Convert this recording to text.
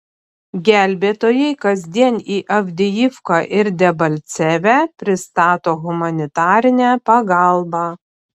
gelbėtojai kasdien į avdijivką ir debalcevę pristato humanitarinę pagalbą